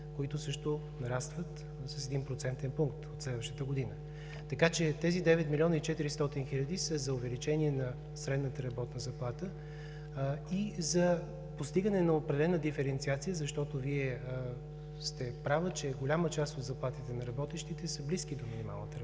които също нарастват с един процентен пункт от следващата година. Така че тези 9 млн. 400 хиляди са за увеличение на средната работна заплата и за постигане на определена диференциация, защото Вие сте права, че голяма част от заплатите на работещите са близки до минималната работна